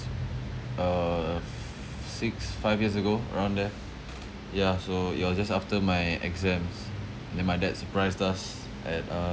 uh f~ six five years ago around there yeah so it was just after my exams then my dad surprised us at uh